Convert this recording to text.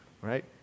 right